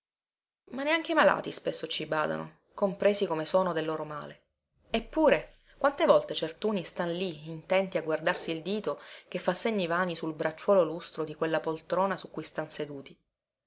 ma neanche i malati spesso ci badano compresi come sono del loro male eppure quante volte certuni stan lì intenti a guardarsi il dito che fa segni vani sul bracciuolo lustro di quella poltrona su cui stan seduti